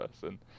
person